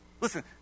Listen